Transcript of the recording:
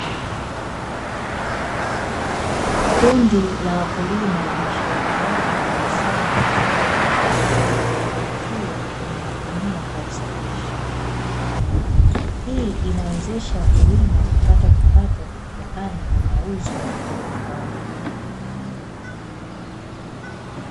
Kundi la wakulima linashirikiana kukusanya kahawa na kuipakia kwenye magunia kwa usafirishaji, hii inawezesha wakulima kupata kipato kutokana na mauzo ya kahawa.